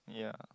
ya